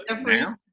now